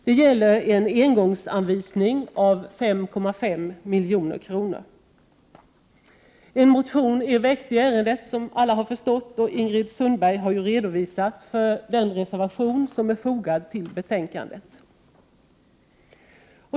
Det gäller en engångsanvisning på 5,5 milj.kr. En motion har, som alla har förstått, väckts i ärendet, och Ingrid Sundberg har redovisat för den reservation som är fogad till betänkandet.